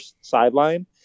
sideline